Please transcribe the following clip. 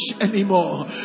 anymore